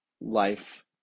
life